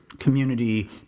community